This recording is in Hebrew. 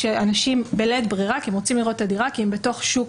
אנשים בלית ברירה חותמים כי הם רוצים לראות את הדירה כי הם בתוך שוק